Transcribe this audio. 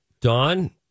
Don